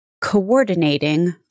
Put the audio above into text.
Coordinating